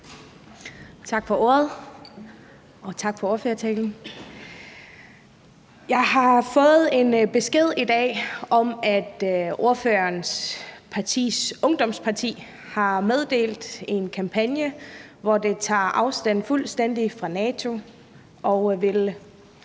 Tak for ordet, og tak for ordførertalen. Jeg har fået en besked i dag om, at ordførerens partis ungdomsparti har meddelt, at de vil lave en kampagne, hvor man tager fuldstændig afstand fra NATO og